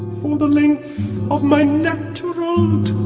for the length of my natural term